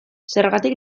zergatik